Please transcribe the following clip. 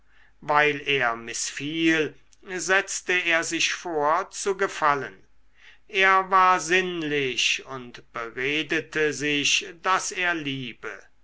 weil er mißfiel setzte er sich vor zu gefallen er war sinnlich und beredete sich daß er liebe